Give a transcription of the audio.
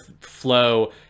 flow